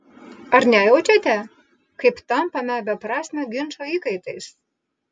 ar nejaučiate kaip tampame beprasmio ginčo įkaitais